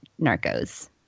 Narcos